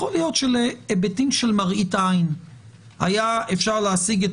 יכול להיות שלהיבטים של מראית עין היה אפשר להשיג את